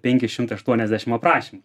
penki šimtai aštuoniasdešim aprašymų